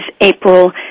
April